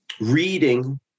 reading